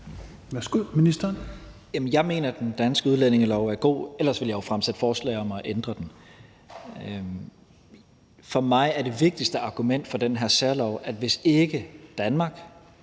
Jeg mener, at den danske udlændingelov er god, ellers ville jeg jo fremsætte forslag om at ændre den. For mig er det vigtigste argument for den her særlov, at hvis ikke Danmark